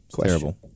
Terrible